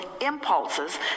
impulses